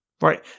right